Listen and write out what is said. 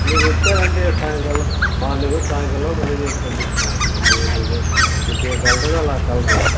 మీరు వచ్చారంటే సాయంకాలం మార్నింగు సాయంత్రంలోపు రెడీ చేసి పంపిస్తాము మీకు ఏ డిజైన్ మీకు ఏ కలర్ కావాలో ఆ కలరు